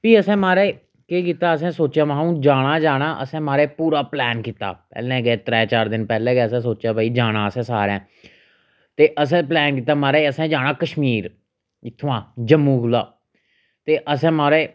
फ्ही असें महाराज केह् कीता असें सोचेआ महां हून जाना गै जाना असें महाराज पूरा प्लैन कीता पैह्लैं गै त्रै चार दिन पैह्लैं गै असैं सोचेआ गी भई जाना असैं सारैं ते असें प्लैन कीता महाराज असें जाना कश्मीर इत्थुआं जम्मू कुला ते असें महाराज